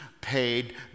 paid